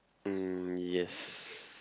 mm yes